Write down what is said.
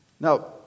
now